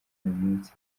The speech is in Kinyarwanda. minsi